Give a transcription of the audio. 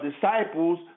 disciples